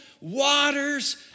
waters